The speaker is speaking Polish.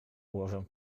ułożę